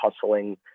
hustling